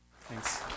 Thanks